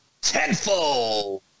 tenfold